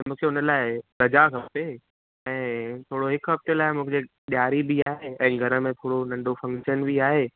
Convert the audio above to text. त मूंखे उन लाइ रज़ा खपे ऐं थोरो हिकु हफ़्ते लाइ मुंहिंजे ॾियारी बि आहे ऐं घर में थोरो नंढो फंक्शन बि आहे